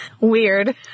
Weird